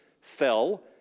fell